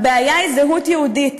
הבעיה היא זהות יהודית.